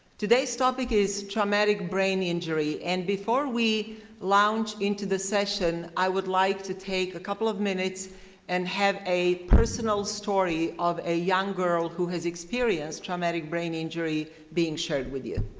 today's topic is dramatic brain injury. and before we launch into the session, i would like to take a couple of minutes and have a personal story of a young girl who has experienced traumatic brain injury being shared with you.